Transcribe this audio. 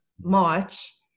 March